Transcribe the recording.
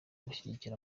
gushyigikira